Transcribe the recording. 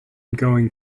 going